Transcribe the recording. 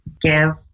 give